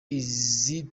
izi